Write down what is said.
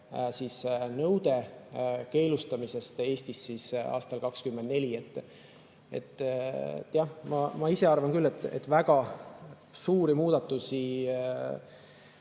nõude keelustamisest Eestis aastal 2024. Ma ise arvan küll, et väga suuri muudatusi